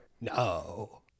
no